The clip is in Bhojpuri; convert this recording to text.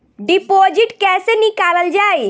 डिपोजिट कैसे निकालल जाइ?